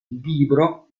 libro